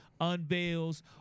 unveils –